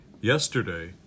Yesterday